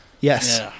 Yes